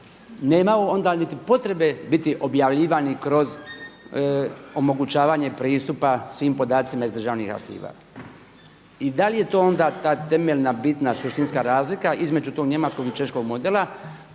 nemao onda niti potrebe biti objavljivani kroz omogućavanje pristupa svim podacima iz državnih arhiva. I da li je to onda ta temeljna, bitna suštinska razlika između tog njemačkog i češkog modela